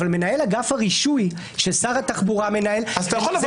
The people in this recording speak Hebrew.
אבל מנהל אגף הרישוי ששר התחבורה מנהל --- אתה יכול לבוא